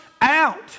out